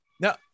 no